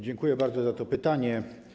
Dziękuję bardzo za to pytanie.